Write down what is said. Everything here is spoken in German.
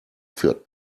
für